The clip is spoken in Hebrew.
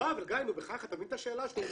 לא, אבל, גיא, תבין את השאלה שלו.